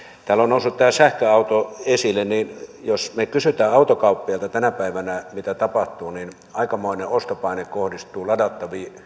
täällä on noussut tämä sähköauto esille jos me kysymme autokauppiaalta tänä päivänä mitä tapahtuu niin aikamoinen ostopaine kohdistuu ladattaviin